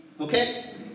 Okay